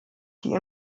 die